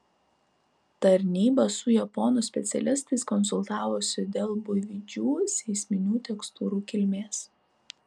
tarnyba su japonų specialistais konsultavosi dėl buivydžių seisminių tekstūrų kilmės